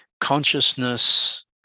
consciousness